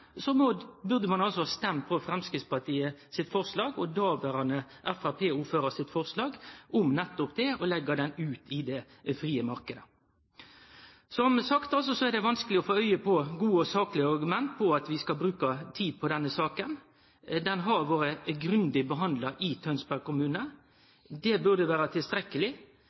burde ein ha stemt på Framstegspartiet sitt forslag – og den dåverande framstegspartiordføraren sitt forslag – om nettopp å leggje tomta ut i den frie marknaden. Som sagt er det vanskeleg å få auge på gode og saklege argument for at vi skal bruke tid på denne saka. Ho har vore grundig behandla i Tønsberg kommune, og det burde vere tilstrekkeleg.